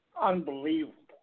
Unbelievable